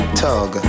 tug